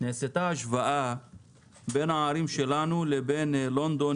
נעשתה השוואה בין הערים שלנו לבין לונדון,